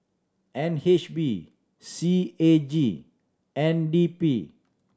N H B C A G N D P